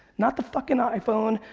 not the fucking iphone,